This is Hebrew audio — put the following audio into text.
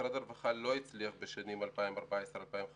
משרד הרווחה לא הצליח בשנים 2014 2015